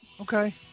Okay